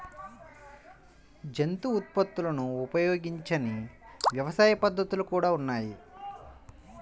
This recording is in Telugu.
జంతు ఉత్పత్తులను ఉపయోగించని వ్యవసాయ పద్ధతులు కూడా ఉన్నాయి